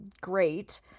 great